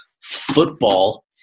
football